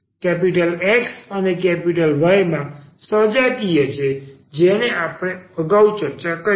X અને Y માં સજાતીય છે જેને આપણે અગાઉ ચર્ચા કરી છે